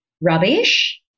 rubbish